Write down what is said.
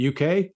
UK